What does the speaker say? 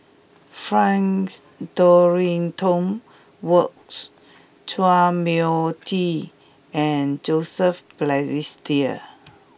Frank Dorrington Wards Chua Mia Tee and Joseph Balestier